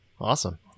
awesome